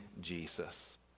Jesus